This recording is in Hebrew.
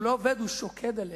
הוא לא עובד, הוא שוקד עליה.